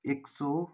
एक सौ